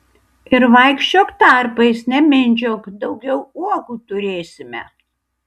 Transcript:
ir vaikščiok tarpais nemindžiok daugiau uogų turėsime